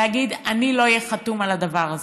ולהגיד: אני לא אהיה חתום על הדבר הזה,